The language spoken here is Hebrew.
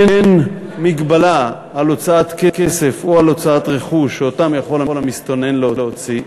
אין מגבלה על הוצאת כסף או על הוצאת רכוש שהמסתנן יכול להוציא,